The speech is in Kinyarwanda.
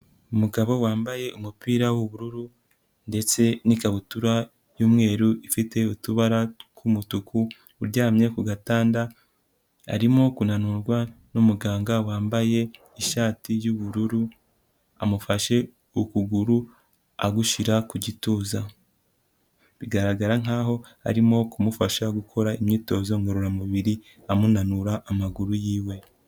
Umugabo wambaye umupira w'ubururu ndetse n'ikabutura y'umweru ifite utubara tw'umutuku, uryamye ku gatanda, arimo kunanurwa n'umuganga wambaye ishati y'ubururu, amufashe ukuguru agushyira ku gituza. Bigaragara nkaho arimo kumufasha gukora imyitozo ngororamubiri amunanura amaguru yiwe.